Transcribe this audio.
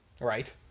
right